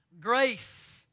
Grace